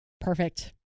Perfect